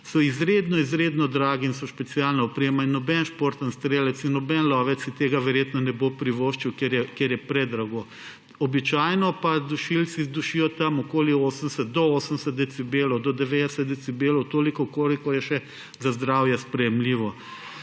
so izredno, izredno dragi in so specialna oprema. Noben športni strelec in nobeden lovec si tega verjetno ne bo privoščil, ker je predrago. Običajno pa dušilci zadušijo tam okoli 80 do 80 decibelov, 90 decibelov, kolikor je še za zdravje sprejemljivo.